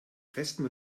festen